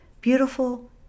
Beautiful